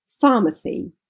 pharmacy